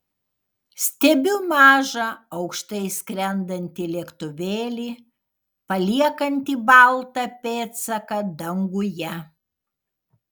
stebiu mažą aukštai skrendantį lėktuvėlį paliekantį baltą pėdsaką danguje